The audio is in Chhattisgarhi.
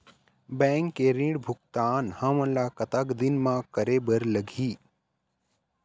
बैंक के ऋण भुगतान हमन ला कतक दिन म करे बर लगही?